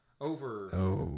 Over